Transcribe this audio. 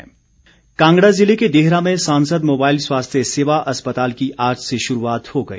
अनुराग ठाकुर कांगड़ा ज़िले के देहरा में सांसद मोबाइल स्वास्थ्य सेवा अस्पताल की आज से शुरूआत हो गई